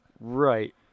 right